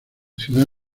ciudad